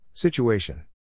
Situation